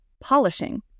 Polishing